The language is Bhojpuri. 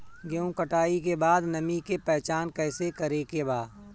गेहूं कटाई के बाद नमी के पहचान कैसे करेके बा?